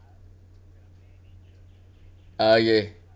okay